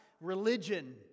religion